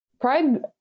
Pride